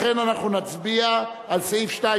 לכן אנחנו נצביע על סעיף 2,